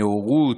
נאורות,